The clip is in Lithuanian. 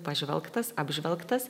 pažvelgtas apžvelgtas